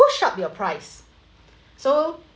push up your price so